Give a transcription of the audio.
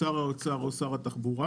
שר האוצר או שר התחבורה,